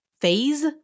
phase